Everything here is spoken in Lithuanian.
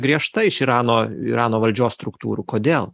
griežta iš irano irano valdžios struktūrų kodėl